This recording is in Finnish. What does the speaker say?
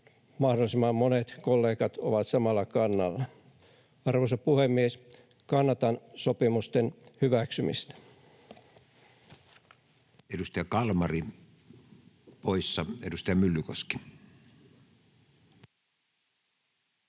mahdollisimman monet kollegat ovat samalla kannalla. Arvoisa puhemies! Kannatan sopimusten hyväksymistä. [Speech 64] Speaker: Matti